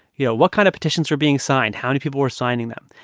you know, what kind of petitions were being signed, how many people were signing them.